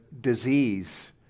disease